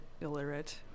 illiterate